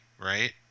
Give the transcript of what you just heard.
right